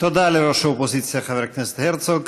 תודה לראש האופוזיציה חבר הכנסת הרצוג.